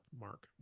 Mark